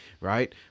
right